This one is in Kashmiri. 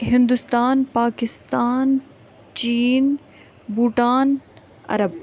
ہندوستان پاکِستان چیٖن بوٗٹان عرب